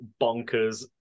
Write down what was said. bonkers